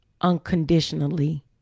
unconditionally